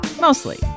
Mostly